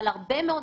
אלו יוזמות